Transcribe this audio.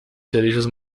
cerejas